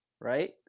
right